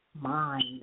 mind